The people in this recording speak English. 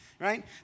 right